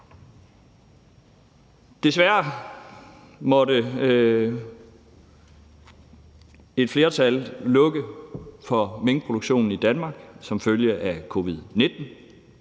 Desværre måtte et flertal lukke for deres minkproduktion i Danmark som følge af covid-19.